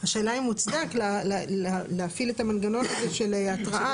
השאלה אם מוצדק להפעיל את המנגנון הזה של התראה,